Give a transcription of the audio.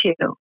two